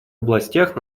областях